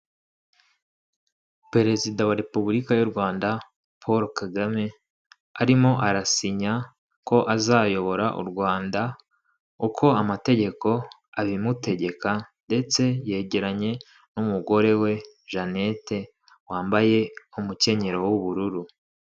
Perezida wa repubulika y'u Rwanda Paul Kagame arimo arasinya ko azayobora u Rwanda uko amategeko abimutegeka, ndetse yegeranye n'umugore we Janette wambaye umukenyero w'ubururu.